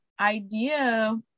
idea